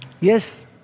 Yes